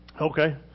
Okay